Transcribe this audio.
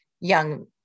young